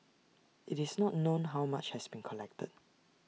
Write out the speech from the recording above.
IT is not known how much has been collected